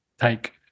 take